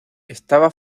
estaba